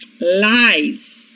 Lies